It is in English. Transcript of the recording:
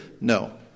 No